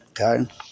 okay